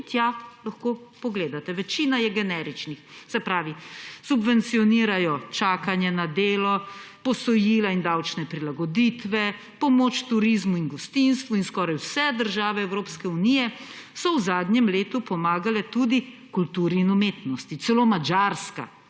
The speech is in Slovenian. Tja lahko pogledate, večina je generičnih. Se pravi, subvencionirajo čakanje na delo, posojila in davčne prilagoditve, pomoč turizmu in gostinstvu in skoraj vse države Evropske unije so v zadnjem letu pomagale tudi kulturi in umetnosti. Celo Madžarka,